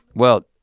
well,